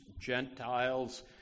Gentiles